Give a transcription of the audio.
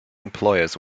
employers